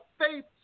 faith